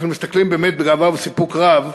אנחנו מסתכלים באמת בגאווה ובסיפוק רב